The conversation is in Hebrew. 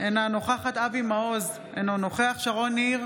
אינה נוכחת אבי מעוז, אינו נוכח שרון ניר,